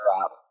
drop